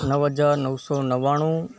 નવ હજાર નવસો નવ્વાણું